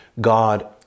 God